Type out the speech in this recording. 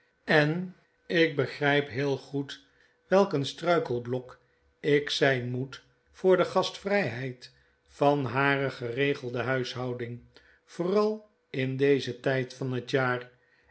en ik begryp heel goed welk een struikelblok ik zgn moet voor de gastvriiheid van hare geregelde huishouding vooral in dezen tijd van het jaar